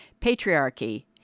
patriarchy